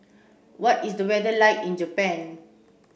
what is the weather like in Japan